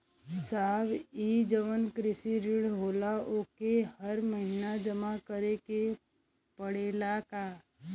साहब ई जवन कृषि ऋण होला ओके हर महिना जमा करे के पणेला का?